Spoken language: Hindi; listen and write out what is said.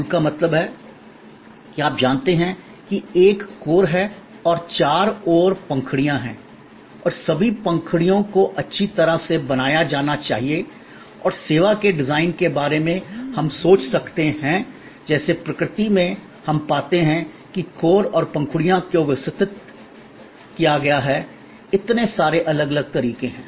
फूल का मतलब है कि आप जानते हैं कि एक कोर है और चारों ओर पंखुड़ियां हैं और सभी पंखुड़ियों को अच्छी तरह से बनाया जाना चाहिए और सेवा के डिजाइन के बारे में हम सोच सकते हैं जैसे प्रकृति में हम पाते हैं कि कोर और पंखुड़ियों को व्यवस्थित किया गया है इतने सारे अलग अलग तरीके है